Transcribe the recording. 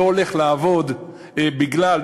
לא הולך לעבוד בגלל,